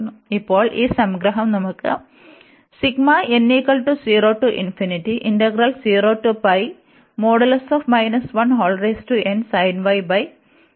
അതിനാൽ ഇപ്പോൾ ഈ സംഗ്രഹം നമുക്ക് ഉണ്ട്